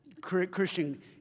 Christian